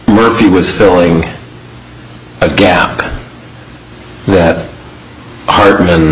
murphy was filling a gap that hard an